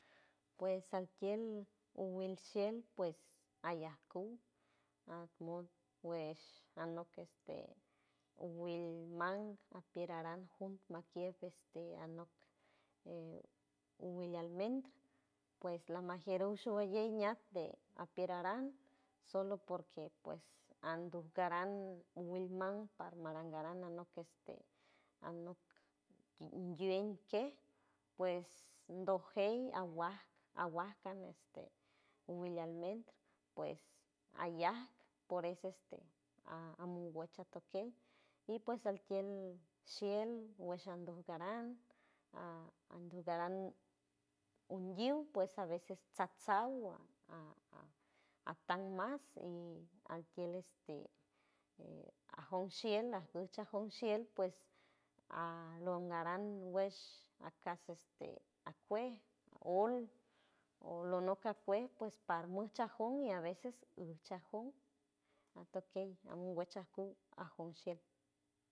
Pues sakiej wil shiel pues ayajkuw at mod wesh anok este wil man ajpier aran jum majkie este anok e wil almen pues lamajieruw showalley ñat apier aran solo porque pues anduj caran wil man parmaran garan este anok este anok ngüien chej pues doj jey aguaj aguaj can este wil almen pues ayaj por eso este a- amongüech atokey y pues altiel shiel wesh andoj garan a- andoj garan onguiuw pues a veces sat saw a ajtan mas y antiel este e ajom shiel najuch ajon shiel pues a luw naran wesh a caso este akuej ol olonok akuej pues parmuch a jom a veces ujch a jom atokey amongüech ajon shiet.